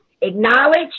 acknowledge